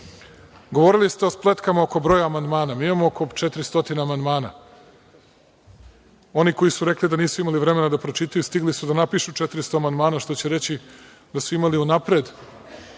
nama. Govorili ste o spletkama oko broja amandmana. Mi imamo oko 400 amandmana. Oni koji su rekli da nisu imali vremena da pročitaju, stigli su da napišu 400 amandmana, što će reći da su imali unapred